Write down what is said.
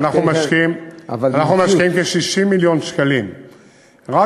אנחנו משקיעים כ-60 מיליון שקלים רק